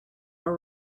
are